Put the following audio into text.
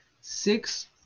six